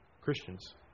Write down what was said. Christians